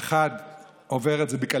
אחד עובר את זה בקלי-קלות,